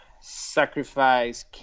sacrifice